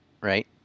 right